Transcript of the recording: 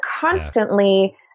constantly